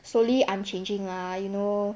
slowly I'm changing lah you know